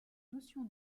notion